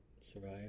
survive